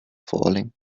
falling